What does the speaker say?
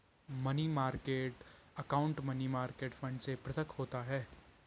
money market account money market fund से पृथक होता है